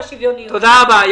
תודה רבה.